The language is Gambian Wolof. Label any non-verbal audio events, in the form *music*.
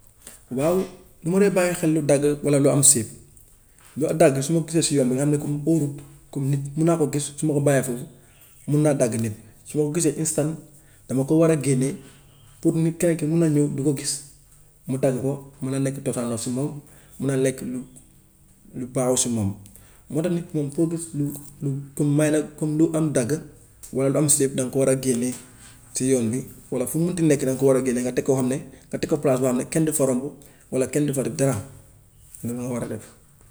Waaw nu ma dee bàyyi xel lu dagg walla lu am sii, lu dagg su ma ko gisee si yoon bi nga xam ne comme óorut comme nit mun naa ko gis su ma ko bàyyee foofu mun naa dagg nit, su ma ko gisee instant dama koo war a génnee pour ni keneen ki mun na ñëw du ko gis mu dagg ko, mun na nekk totaanos si moom, mun na lekk lu baxul si moom. Moo tax nit moom foo gis lu lu comme *unintelligible* comme lu am dagg walla lu am sii danga ko war a génnee si yoon bi walla fu mu mun ti nekk danga ko war a génne nga teg koo xam ne, nga teg ko palaas boo xam ne kenn du fa romb walla kenn du fa def dara *noise* noonu nga war a def.